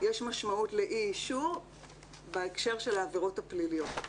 יש משמעות לאי אישור בהקשר של העבירות הפליליות.